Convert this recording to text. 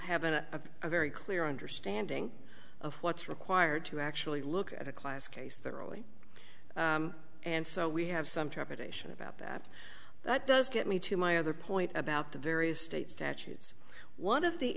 have a very clear understanding of what's required to actually look at a class case that early and so we have some trepidation about that that does get me to my other point about the various state statutes one of the